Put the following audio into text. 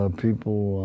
people